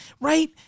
Right